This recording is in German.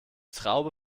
traube